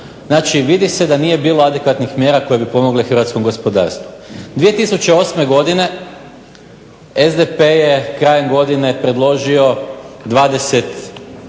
Znači vidi se da nije bilo adekvatnih mjera koje bi pomogle Hrvatskom gospodarstvu. 2008. godine SDP je krajem godine predložio 25